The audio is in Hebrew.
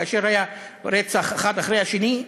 כאשר היה רצח אחד אחרי השני,